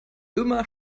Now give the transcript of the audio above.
immer